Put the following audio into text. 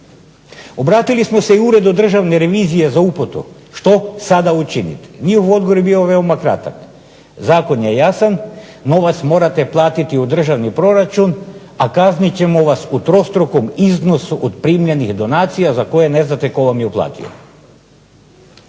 Obratili smo se i Uredu državne revizije za uputu što sada učiniti. Njihov odgovor je bio veoma kratak, zakon je jasan, novac morate platiti u državni proračun, a kasnije ćemo vas u trostrukom iznosu od primljenih donacija za koje ne znate tko vam je uplatio.